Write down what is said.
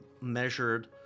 measured